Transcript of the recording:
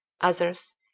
Others